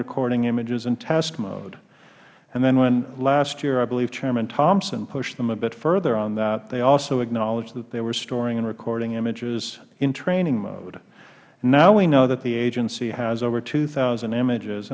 recording images in test mode and then when last year i believe chairman thompson pushed them a bit further on that they also acknowledged that they were storing and recording images in training mode now we know that the agency has over two thousand images